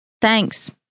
Thanks